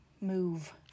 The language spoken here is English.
move